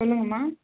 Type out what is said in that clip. சொல்லுங்கம்மா